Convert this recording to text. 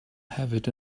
hefyd